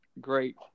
great